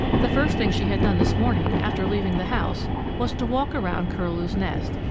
the first thing she had done this morning after leaving the house was to walk around curlew's nest,